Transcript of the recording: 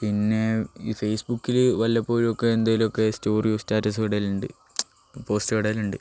പിന്നെ ഈ ഫേസ്ബുക്കിൽ വല്ലപ്പോഴുമൊക്കെ എന്തെങ്കിലുമൊക്കെ സ്റ്റോറിയോ സ്റ്റാറ്റസോ ഇടലുണ്ട് പോസ്റ്റോ ഇടലുണ്ട്